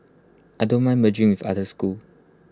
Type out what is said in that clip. I don't mind merging with other schools